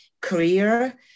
career